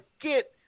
get